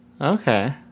Okay